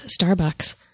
Starbucks